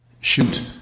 Shoot